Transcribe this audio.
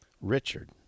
Richard